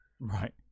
Right